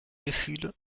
gefühle